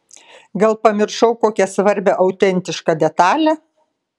gal pamiršau kokią svarbią autentišką detalę